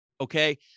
okay